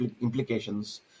implications